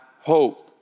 hope